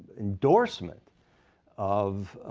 endorsement of